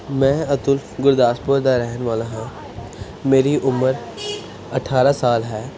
ਮੈਂ ਅਤੁਲ ਗੁਰਦਾਸਪੁਰ ਦਾ ਰਹਿਣ ਵਾਲਾ ਹਾਂ ਮੇਰੀ ਉਮਰ ਅਠਾਰਾਂ ਸਾਲ ਹੈ